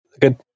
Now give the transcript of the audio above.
Good